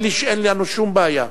אין לנו שום בעיה.